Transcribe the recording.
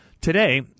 Today